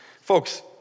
Folks